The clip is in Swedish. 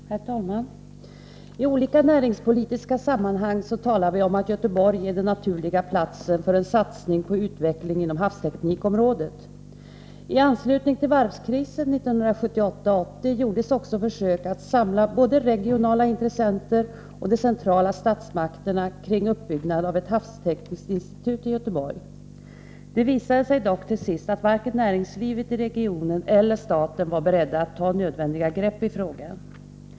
Herr talman! I olika näringspolitiska sammanhang talar vi om att Göteborg är den naturliga platsen för en satsning på utveckling inom havsteknikområdet. I anslutning till varvskrisen 1978-1980 gjordes också försök att samla både regionala intressenter och de centrala statsmakterna kring uppbyggnad av ett havstekniskt institut i Göteborg. Det visade sig dock till sist att varken näringslivet i regionen eller staten var beredd att ta nödvändiga grepp i frågan.